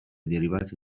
derivate